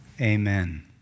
Amen